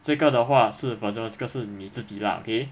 最高的话是 for example 这个是你自己 lah okay